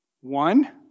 One